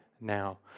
now